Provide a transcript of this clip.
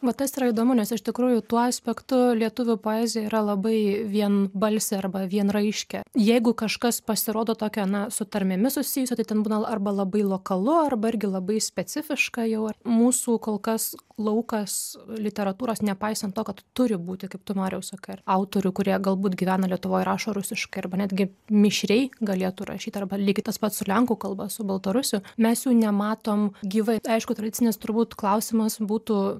va tas yra įdomu nes iš tikrųjų tuo aspektu lietuvių poezija yra labai vienbalsė arba vienraiškė jeigu kažkas pasirodo tokio na su tarmėmis susijusio tai ten būna arba labai lokalu arba irgi labai specifiška jau mūsų kol kas laukas literatūros nepaisant to kad turi būti kaip tu mariau sakai ar autorių kurie galbūt gyvena lietuvoj rašo rusiškai arba netgi mišriai galėtų rašyt arba lygiai tas pat su lenkų kalba su baltarusių mes jų nematom gyvai aišku tradicinis turbūt klausimas būtų